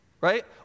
right